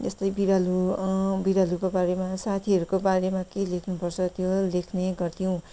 यस्तै बिरालो बिरालोको बारेमा साथीहरूको बारेमा के लेख्नुपर्छ त्यो लेख्ने गर्थ्यौँ